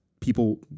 people